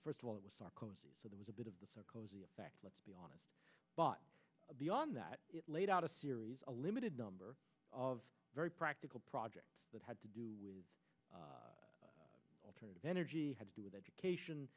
first of all it was so there was a bit of the so cozy let's be honest but beyond that it laid out a series a limited number of very practical projects that had to do with alternative energy had to do with education